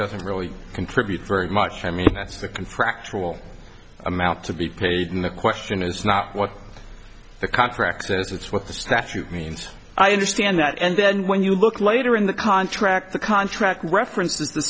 doesn't really contribute very much i mean that's the contractual amount to be paid in the question is not what the contract says that's what the statute means i understand that and then when you look later in the contract the contract references the